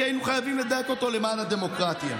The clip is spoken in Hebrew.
כי היינו חייבים לדייק אותו למען הדמוקרטיה.